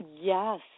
Yes